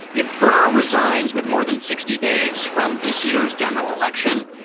if burr resigns with more than sixty days from this year's general election,